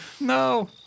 No